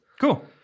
Cool